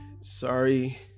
sorry